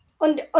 on